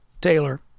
Taylor